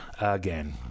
again